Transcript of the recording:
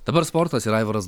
dabar sportas ir aivaras